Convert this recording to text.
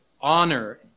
Honor